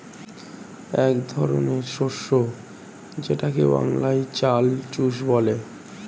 এক ধরনের শস্য যেটাকে বাংলায় চাল চুষ বলে